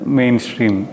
mainstream